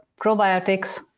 probiotics